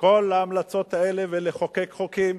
כל ההמלצות האלה ולחוקק חוקים.